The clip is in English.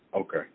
Okay